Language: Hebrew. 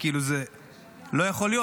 זה לא יכול להיות.